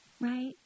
Right